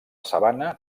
sabana